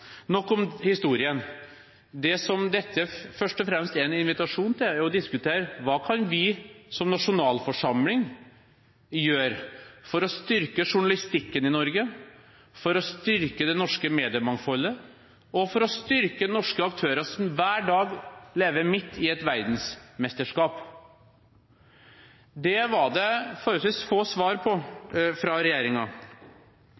Nok om historien. Det som dette først og fremst er en invitasjon til, er å diskutere: Hva kan vi som nasjonalforsamling gjøre for å styrke journalistikken i Norge, for å styrke det norske mediemangfoldet og for å styrke norske aktører som hver dag lever midt i et verdensmesterskap? Det var det forholdsvis få svar på